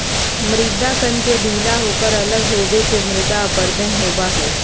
मृदा कण के ढीला होकर अलग होवे से मृदा अपरदन होबा हई